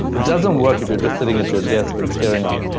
if doesn't work if you're just sitting at your desk and staring out.